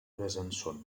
besançon